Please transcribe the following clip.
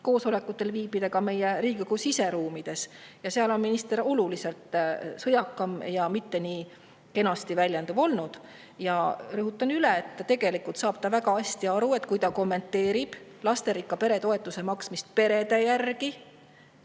koosolekutel viibida ka meie Riigikogu siseruumides, ja seal on minister olnud oluliselt sõjakam ja mitte nii kenasti väljenduv. Ja rõhutan üle, et tegelikult saab ta väga hästi aru, et kui ta kommenteerib lasterikka pere toetuse maksmist perede järgi,